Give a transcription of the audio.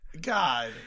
God